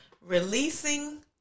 releasing